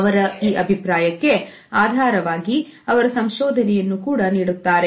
ಅವರ ಈ ಅಭಿಪ್ರಾಯಕ್ಕೆ ಆಧಾರವಾಗಿ ಅವರ ಸಂಶೋಧನೆಯನ್ನು ನೀಡುತ್ತಾರೆ